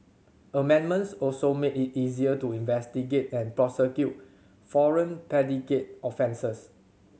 amendments also made it easier to investigate and prosecute foreign predicate offences